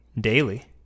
daily